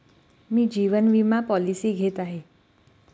मी जीवन विमा पॉलिसी घेत आहे